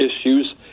issues